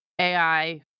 AI